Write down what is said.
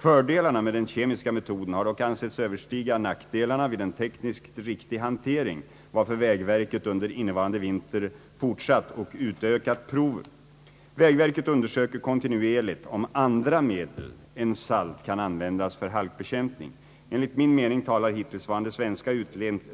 Fördelarna med den kemiska metoden har dock ansetts överstiga nackdelarna vid en tekniskt riktig hantering varför vägverket under innevarande vinter fortsatt och utökat proven. Vägverket undersöker kontinuerligt om andra medel än salt kan användas för halkbekämpning. Enligt min mening talar hittillsvarande svenska och